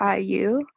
IU